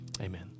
Amen